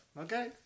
Okay